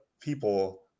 people